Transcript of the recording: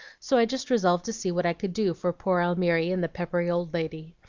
so i just resolved to see what i could do for poor almiry and the peppery old lady.